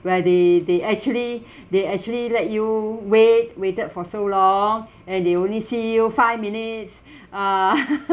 where they they actually they actually let you wait waited for so long and they only see you five minutes ah